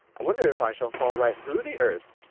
i wonder if i shall fall right through the earth!